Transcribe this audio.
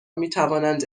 میتوانند